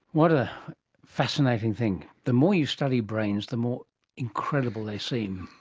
what a fascinating thing. the more you study brains, the more incredible they seem.